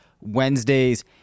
Wednesdays